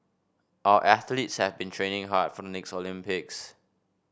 our athletes have been training hard for the next Olympics